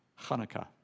Hanukkah